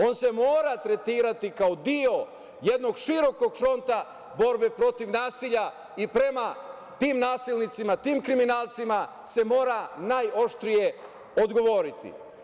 On se mora tretirati kao deo jednog širokog fronta borbe protiv nasilja i prema tim nasilnicima, tim kriminalcima se mora najoštrije odgovoriti.